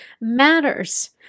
matters